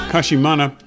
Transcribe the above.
Kashimana